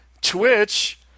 Twitch